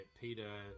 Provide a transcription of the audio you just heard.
Peter